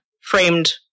framed